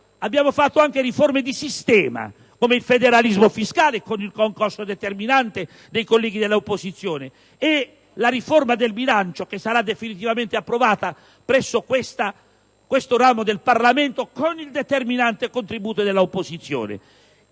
abbiamo fatto anche riforme di sistema come il federalismo fiscale, con il concorso determinante dei colleghi dell'opposizione, e la riforma del bilancio, che sarà definitivamente approvata presso questo ramo del Parlamento, sempre con il determinante contributo dell'opposizione.